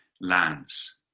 lands